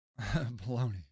Baloney